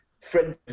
friendly